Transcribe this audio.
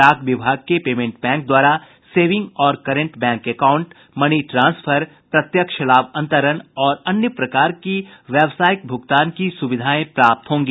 डाक विभाग के पेमेंट बैंक द्वारा सेविंग और current bank account money transfer प्रत्यक्ष लाभ अंतरण और अन्य प्रकार की व्यावसायिक भुगतान की सुविधाएं प्राप्त होंगी